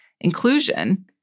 inclusion